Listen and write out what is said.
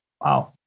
Wow